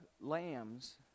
lambs